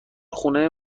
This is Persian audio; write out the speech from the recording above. خونه